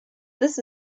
this